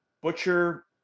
butcher